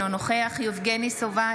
אינו נוכח יבגני סובה,